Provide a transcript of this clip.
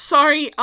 Sorry